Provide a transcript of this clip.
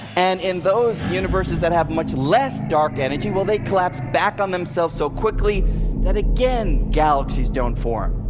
and in those universes that have much less dark energy, well they collapse back on themselves so quickly that, again, galaxies don't form.